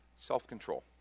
Self-control